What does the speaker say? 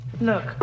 Look